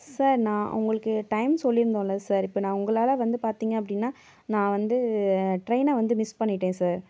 sir நான் உங்களுக்கு time சொல்லிருந்தோம்ல சார் இப்போ நான் உங்களால் வந்து பார்த்தீங்க அப்படின்னா நான் வந்து ட்ரெயினை வந்து மிஸ் பண்ணிவிட்டேன் சார்